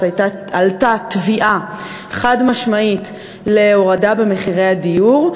עלתה תביעה חד-משמעית להורדת מחירי הדיור.